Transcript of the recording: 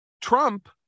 Trump